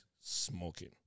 smoking